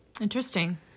interesting